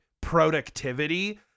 productivity